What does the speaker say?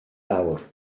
awr